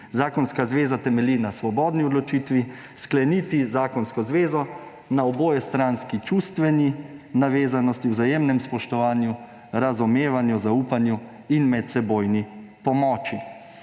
Zakonska zveza temelji na svobodni odločitvi skleniti zakonsko zvezo, na obojestranski čustveni navezanosti, vzajemnem spoštovanju, razumevanju, zaupanju in medsebojni pomoči.